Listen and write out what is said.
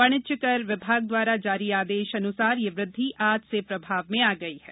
वाणिज्यिक कर विभाग द्वारा जारी आदेश अनुसार यह वृद्धि आज से प्रभाव में आ गई है